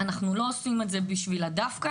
אנחנו לא עושים את זה בשביל דווקא,